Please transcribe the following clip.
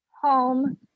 home